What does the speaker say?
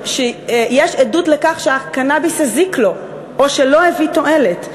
שיש עדות לכך שהקנאביס הזיק לו או שלא הביא תועלת.